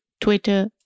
Twitter